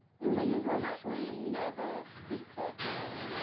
you mean and thus we never speak that word.